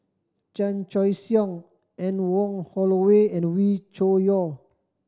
Chan Choy Siong Anne Wong Holloway and Wee Cho Yaw